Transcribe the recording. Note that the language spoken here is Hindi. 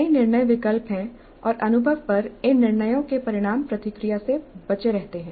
कई निर्णय विकल्प हैं और अनुभव पर इन निर्णयों के परिणाम प्रतिक्रिया से बचे रहते हैं